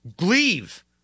leave